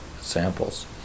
samples